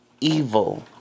evil